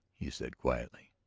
he said quietly.